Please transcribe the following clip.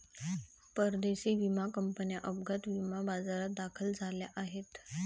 परदेशी विमा कंपन्या अपघात विमा बाजारात दाखल झाल्या आहेत